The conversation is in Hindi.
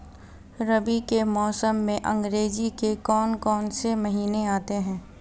रबी के मौसम में अंग्रेज़ी के कौन कौनसे महीने आते हैं?